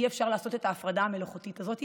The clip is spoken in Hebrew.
אי-אפשר לעשות את ההפרדה המלאכותית הזו,